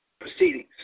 proceedings